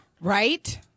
Right